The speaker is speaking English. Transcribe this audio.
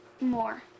more